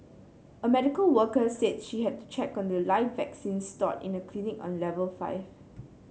a medical worker said she had to check on live vaccines stored in a clinic on level five